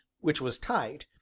which was tight,